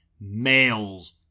Males